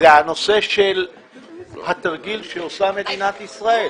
הנושא של התרגיל שעושה מדינת ישראל.